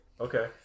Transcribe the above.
Okay